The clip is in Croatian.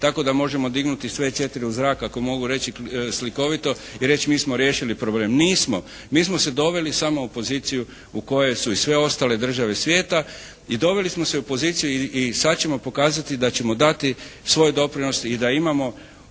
tako da možemo dignuti sve 4 u zrak ako mogu reći slikovito i reći: Mi smo riješili problem. Nismo. Mi smo se doveli samo u poziciju u kojoj su i sve ostale države svijeta i doveli smo se u poziciju i sad ćemo pokazati da ćemo dati svoj doprinos i da imamo